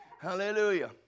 Hallelujah